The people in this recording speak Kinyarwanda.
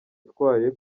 atwaye